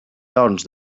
doncs